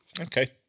Okay